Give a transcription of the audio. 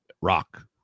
Rock